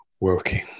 working